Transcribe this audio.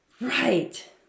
Right